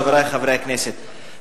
חברי חברי הכנסת,